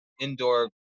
indoor